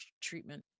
treatment